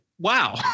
wow